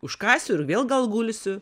užkąsiu ir vėl gal gulsiu